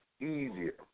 easier